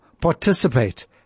participate